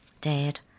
Dad